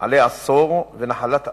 "עלי עשור" ו"נחלת אבות",